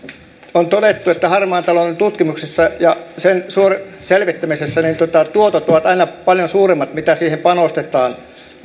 on todettu että harmaan talouden tutkimuksessa ja sen selvittämisessä tuotot ovat aina paljon suuremmat kuin mitä siihen panostetaan